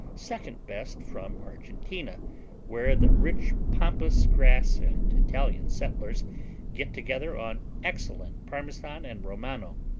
second best, from argentina where the rich pampas grass and italian settlers get together on excellent parmesan and romano.